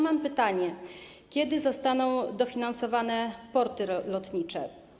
Mam pytanie: Kiedy zostaną dofinansowane porty lotnicze?